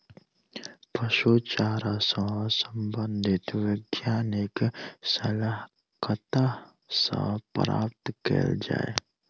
पशु चारा सऽ संबंधित वैज्ञानिक सलाह कतह सऽ प्राप्त कैल जाय?